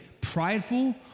prideful